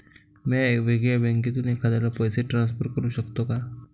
म्या वेगळ्या बँकेतून एखाद्याला पैसे ट्रान्सफर करू शकतो का?